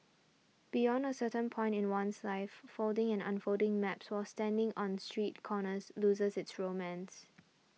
beyond a certain point in one's life folding and unfolding maps while standing on street corners loses its romance